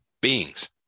beings